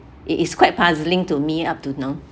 it is quite puzzling to me up to now